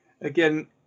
Again